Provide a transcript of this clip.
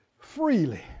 Freely